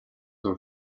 bhúr